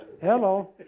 Hello